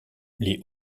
les